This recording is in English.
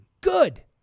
good